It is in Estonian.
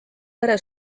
pere